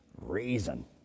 reason